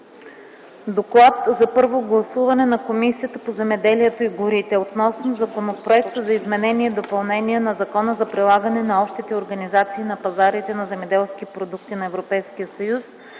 „ДОКЛАД за първо гласуване на Комисията по земеделието и горите относно Законопроект за изменение и допълнение на Закона за прилагане на общите организации на пазарите на земеделски продукти на Европейския съюз,